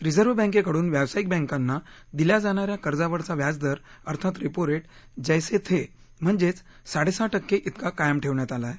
reserve बँकेकडुन व्यावसायिक बँकांना दिल्या जाणा या कर्जावरचा व्याजदर अर्थात रेपो रेट जैसे थे म्हणजेच साडे सहा टक्के इतका कायम ठेवण्यात आला आहे